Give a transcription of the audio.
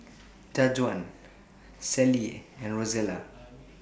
Jajuan Sallie and Rozella